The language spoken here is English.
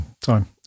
time